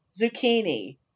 zucchini